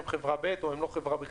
עשינו פעולות מניעה קודמות.